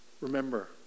Remember